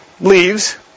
leaves